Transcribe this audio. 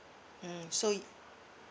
mm so